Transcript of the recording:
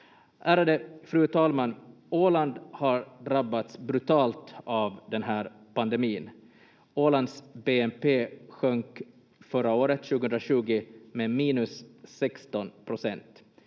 Ärade fru talman! Åland har drabbats brutalt av den här pandemin. Ålands BNP sjönk förra året, 2020, med 16 procent.